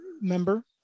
member